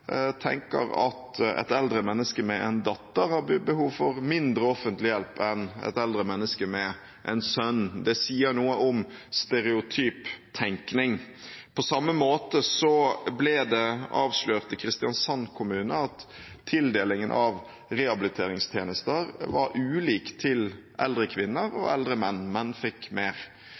tenker at et eldre menneske med en datter har behov for mindre offentlig hjelp enn et eldre menneske med en sønn. Det sier noe om stereotyp tenkning. På samme måte ble det avslørt i Kristiansand kommune at tildelingen av rehabiliteringstjenester var ulik til eldre kvinner og eldre menn – menn fikk mer.